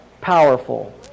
powerful